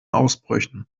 ausbrüchen